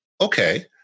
okay